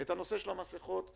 את הנושא של המסכות הכרנו,